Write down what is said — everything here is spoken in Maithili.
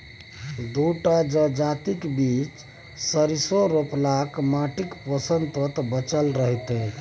दू टा जजातिक बीच सरिसों रोपलासँ माटिक पोषक तत्व बचल रहतै